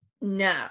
No